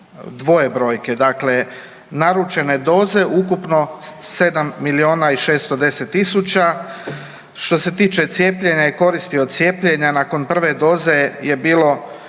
dvoje brojke. Dakle, naručene doze ukupno 7 miliona i 610 tisuća. Što se tiče cijepljenja i koristi od cijepljenja nakon prve doze je bilo